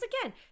again